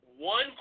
One